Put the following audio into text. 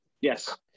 Yes